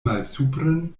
malsupren